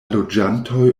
loĝantoj